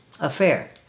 affair